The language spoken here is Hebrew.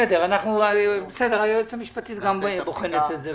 בסדר, היועצת המשפטית גם בוחנת את זה.